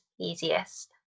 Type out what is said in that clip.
easiest